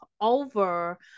over